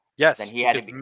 Yes